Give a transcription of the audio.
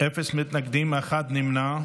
אפס מתנגדים, אחד נמנע.